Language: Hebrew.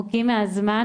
מכל מה ששמעתי,